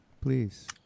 please